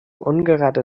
ungerade